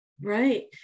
Right